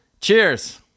Cheers